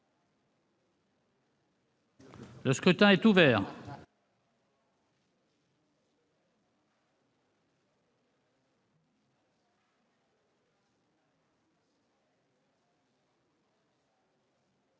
Le scrutin est ouvert.